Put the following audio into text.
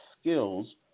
skills